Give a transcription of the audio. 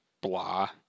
blah